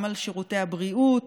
גם על שירותי הבריאות